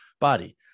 body